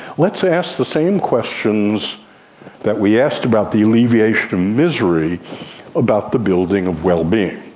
let's ask the same questions that we asked about the alleviation of misery about the building of well-being.